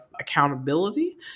accountability